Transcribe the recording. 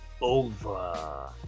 Over